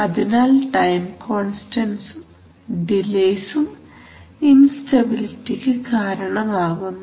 അതിനാൽ ഈ ടൈം കോൺസ്റ്റൻസും ഡിലെസും ഇൻസ്റ്റബിലിറ്റിക്ക് കാരണമാകുന്നു